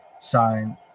sign